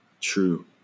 True